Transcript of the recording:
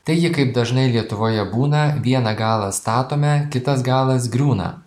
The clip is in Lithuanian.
taigi kaip dažnai lietuvoje būna vieną galą statome kitas galas griūna